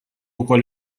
wkoll